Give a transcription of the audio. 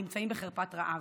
הנמצאים בחרפת רעב.